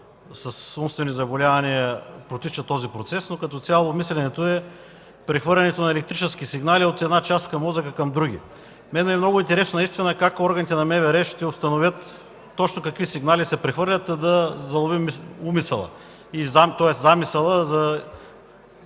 с умствени заболявания, по-различно протича този процес, но като цяло мисленето е прехвърляне на електрически сигнали от една част на мозъка към друга. Много интересно ми е наистина как органите на МВР ще установят точно какви сигнали се прехвърлят, та да заловим умисъла, тоест замисъла за